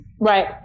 Right